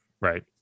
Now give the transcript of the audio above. Right